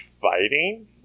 fighting